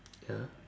ya